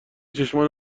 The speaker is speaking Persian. چشمان